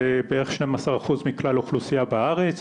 זה בערך 12 אחוז מכלל האוכלוסייה בארץ.